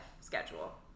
schedule